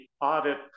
audit